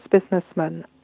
businessman